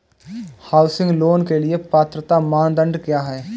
Housing loan के लिए पात्रता मानदंड क्या हैं?